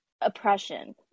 oppression